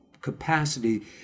capacity